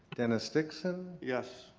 dennis dixon. yes.